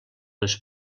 les